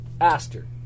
Aster